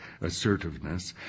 assertiveness